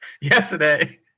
yesterday